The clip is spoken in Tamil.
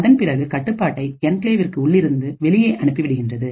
அதன் பிறகு கட்டுப்பாட்டை என்கிளேவ் இற்கு உள்ளிருந்து வெளியே அனுப்பி விடுகின்றது